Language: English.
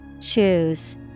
Choose